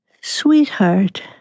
sweetheart